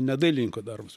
ne dailininko darbas